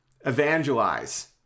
evangelize